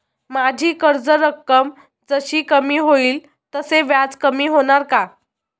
माझी कर्ज रक्कम जशी कमी होईल तसे व्याज कमी होणार का?